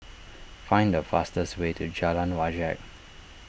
find the fastest way to Jalan Wajek